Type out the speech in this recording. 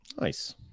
Nice